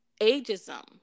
ageism